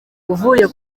avuye